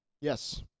Yes